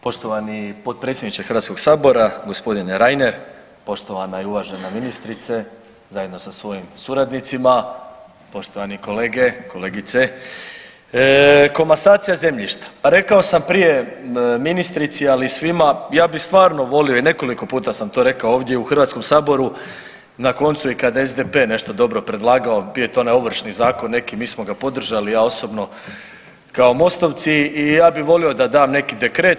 Poštovani potpredsjedniče Hrvatskog sabora gospodine Reiner, poštovana i uvažena ministrice zajedno sa svojim suradnicima, poštovani kolege, kolegice, komasacija zemljišta, pa rekao sam prije ministrici ali i svima ja bi stvarno volio i nekoliko puta sam to rekao ovdje u Hrvatskom saboru na koncu i kad je SDP nešto dobro predlagao, bio je onaj Ovršni zakon neki mi smo ga podržali i ja osobno kao MOST-ovci i ja bi volio da dam neki dekret.